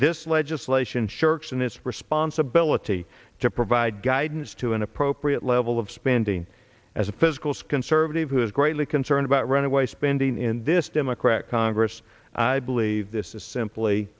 this legislation shirks in its responsibility to provide guidance to an appropriate level of spending as a physical skin servant who is greatly concerned about runaway spending in this democratic congress i believe this is simply